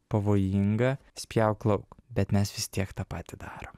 pavojinga spjauk lauk bet mes vis tiek tą patį darom